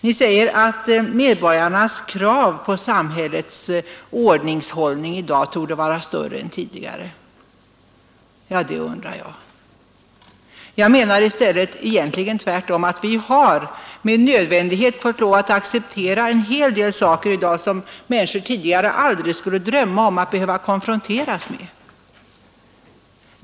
Han sade att medborgarnas krav på samhällets ordningshållning torde vara större i dag än tidigare. Det undrar jag! Jag anser i stället att vi tvärtom med nödvändighet har måst acceptera en hel del saker i dag som människor tidigare aldrig ens skulle drömma om att behöva konfronteras med.